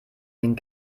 den